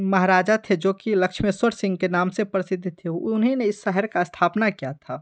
महाराजा थे जो कि लक्ष्मेश्वर सिंह के नाम से प्रसिद्ध थे उन्हीं ने इस शहर का स्थापना किया था